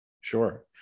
Sure